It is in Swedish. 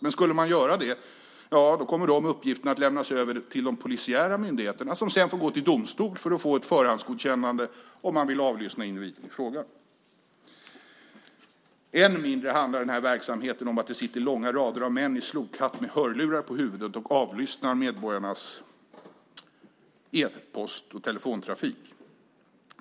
Men skulle man göra det kommer dessa uppgifter att lämnas över till de polisiära myndigheterna som sedan får gå till domstol för att få ett förhandsgodkännande om man vill avlyssna individen i fråga. Än mindre handlar denna verksamhet om att det sitter långa rader av män i slokhatt med hörlurar på huvudet och avlyssnar medborgarnas e-post och telefontrafik.